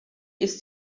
ist